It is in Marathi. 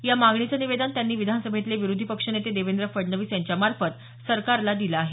या मागणीचं निवेदन त्यांनी विधानसभेतले विरोधी पक्षनेते देवेंद्र फडणवीस यांच्या मार्फत सरकारला दिलं आहे